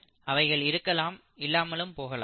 அவைகள் இருக்கலாம் இல்லாமலும் போகலாம்